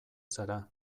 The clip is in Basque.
zara